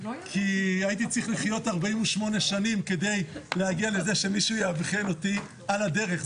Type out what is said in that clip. כי הייתי צריך לחיות 48 שנים כדי להגיע לזה שמישהו יאבחן אותי על הדרך.